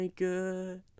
good